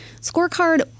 Scorecard